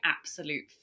absolute